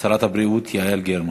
שרת הבריאות יעל גרמן.